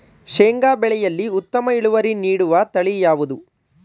ಶೇಂಗಾ ಬೆಳೆಯಲ್ಲಿ ಉತ್ತಮ ಇಳುವರಿ ನೀಡುವ ತಳಿ ಯಾವುದು?